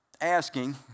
asking